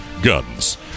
Guns